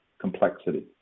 complexity